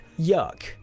Yuck